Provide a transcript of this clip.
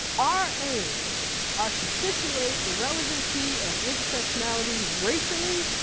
our aims are to situate the relevancy of intersectionality racially,